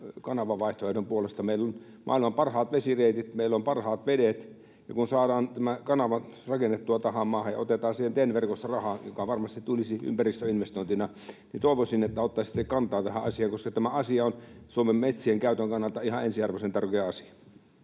kotimaisen kanavavaihtoehdon puolesta. Meillä on maailman parhaat vesireitit, meillä on parhaat vedet, ja kun saadaan tämä kanava rakennettua tähän maahan ja otetaan siihen TEN-verkosta rahaa, se varmasti tulisi ympäristöinvestointina. Toivoisin, että ottaisitte kantaa tähän asiaan, koska tämä asia on Suomen metsien käytön kannalta ihan ensiarvoisen tärkeä asia.